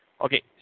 Okay